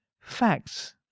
facts